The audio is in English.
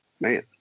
man